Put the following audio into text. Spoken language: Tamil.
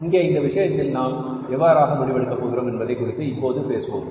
இங்கே இந்த விஷயத்தில் நாம் எவ்வாறாக முடிவெடுக்க போகிறோம் என்பதை குறித்து இப்போது பேசுவோம்